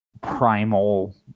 primal